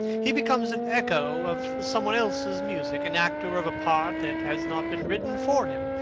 he becomes an echo of some one else's music, an actor of a part that has not been written for him.